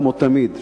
כמו תמיד,